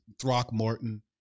Throckmorton